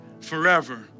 forever